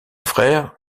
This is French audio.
frère